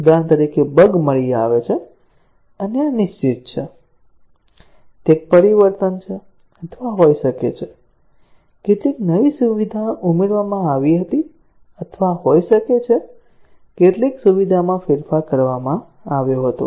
ઉદાહરણ તરીકે બગ મળી શકે છે અને આ નિશ્ચિત છે તે એક પરિવર્તન છે અથવા હોઈ શકે છે કેટલીક નવી સુવિધા ઉમેરવામાં આવી હતી અથવા હોઈ શકે છે કેટલીક સુવિધામાં ફેરફાર કરવામાં આવ્યો હતો